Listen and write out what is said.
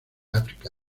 áfrica